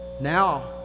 Now